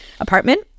apartment